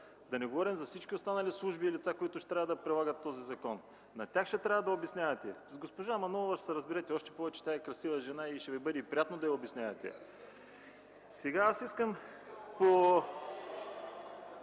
да не говорим за всички останали служби и лица, които ще трябва да прилагат този закон, на тях ще трябва да обяснявате. С госпожа Манолова ще се разберете, още повече, че тя е красива жена и ще Ви бъде приятно да й обяснявате. (Възгласи